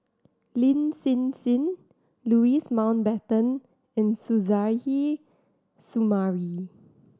Lin Hsin Hsin Louis Mountbatten and Suzairhe Sumari